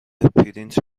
پرینت